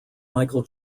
michael